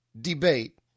debate